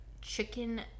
chicken